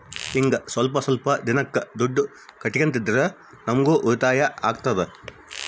ಹಿಂಗ ಸ್ವಲ್ಪ ಸ್ವಲ್ಪ ದಿನಕ್ಕ ದುಡ್ಡು ಕಟ್ಟೋದ್ರಿಂದ ನಮ್ಗೂ ಉಳಿತಾಯ ಆಗ್ತದೆ